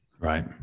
Right